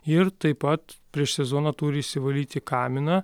ir taip pat prieš sezoną turi išsivalyti kaminą